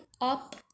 up